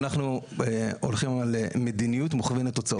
אנחנו הולכים על מדיניות מוכוונת הוצאות,